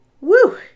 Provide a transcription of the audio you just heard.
Woo